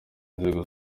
inzego